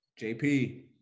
JP